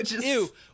ew